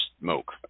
smoke